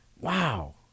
Wow